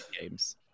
games